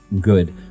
Good